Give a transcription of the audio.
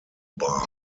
bar